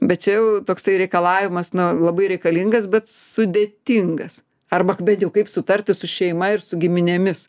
bet čia jau toksai reikalavimas na labai reikalingas bet sudėtingas arba bent jau kaip sutarti su šeima ir su giminėmis